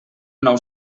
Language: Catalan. nou